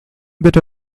bitte